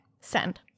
send